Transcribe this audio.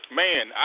man